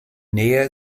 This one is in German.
nähe